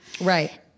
Right